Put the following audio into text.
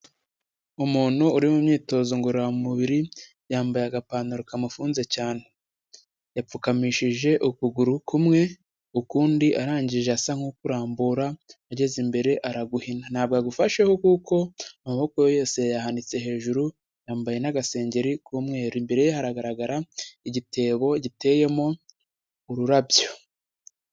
Umuntu uri mu myitozo ngororamubiri yambaye agapantaro kamufunze cyane, yapfukamishije ukuguru kumwe ukundi arangije asa nk'ukurarambura ageze imbere araguhina, ntabwo agufasheho kuko amaboko ye yose yayahanitse hejuru, yambaye n'agasengengeri k'umweru imbere ye hagaragara igitebo giteyemo ururabyo.